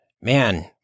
Man